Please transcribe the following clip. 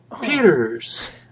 Peters